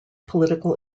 political